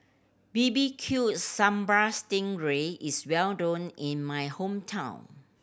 B B Q Sambal sting ray is well known in my hometown